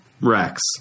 Rex